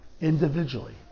individually